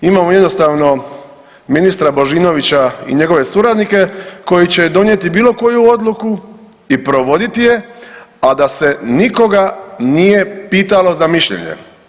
Imamo jednostavno ministra Božinovića i njegove suradnike koji će donijeti bilo koju odluku i provoditi je, a da se nikoga nije pitalo za mišljenje.